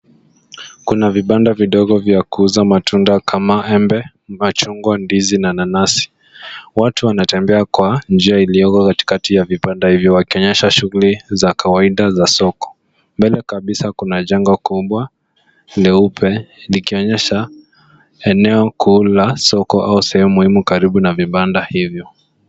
Kuna vibanda vidogo vya kuuza matunda kama embe, machungwa, ndizi na nanasi. Watu wanatembea kwa njia iliyoko katikati ya vibanda hivyo wakionyesha shughuli za kawaida za soko. Mbele kabisa kuna jengo kubwa leupe likionyesha eneo kuu la soko au sehemu muhimu karibu na vibanda hivyo.